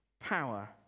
power